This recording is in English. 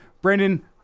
brandon